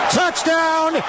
touchdown